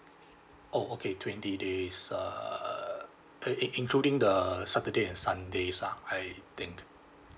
oh okay twenty days err the in~ including the saturday and sundays lah I think